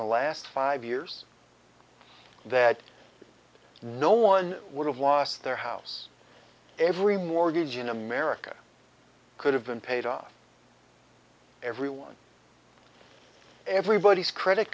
the last five years that no one would have lost their house every mortgage in america could have been paid off everyone everybody's credit